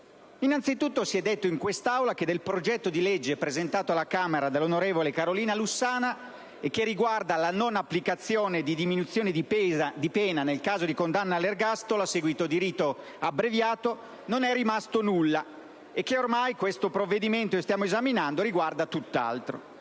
Innanzitutto, si è detto in quest'Aula che del progetto di legge presentato alla Camera dall'onorevole Carolina Lussana, e che riguarda la non applicazione di diminuzioni di pena nel caso di condanna all'ergastolo a seguito di rito abbreviato, non è rimasto nulla, e che ormai il provvedimento al nostro esame riguarda tutt'altro.